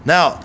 Now